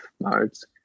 modes